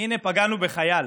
הינה, פגענו בחייל.